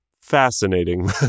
fascinating